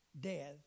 death